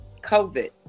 COVID